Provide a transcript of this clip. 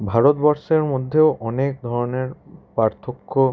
ভারতবর্ষের মধ্যেও অনেক ধরনের পার্থক্য